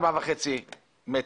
4.5 מ"ר?